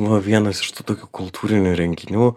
buvo vienas iš tų tokių kultūrinių renginių